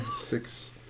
six